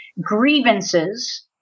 grievances